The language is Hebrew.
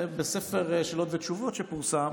הלכנו לבדוק בספר שאלות ותשובות שפורסם.